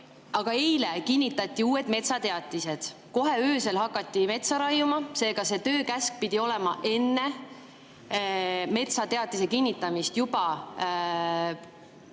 Aga eile kinnitati uued metsateatised. Kohe öösel hakati metsa raiuma, seega see töökäsk pidi olema enne metsateatise kinnitamist juba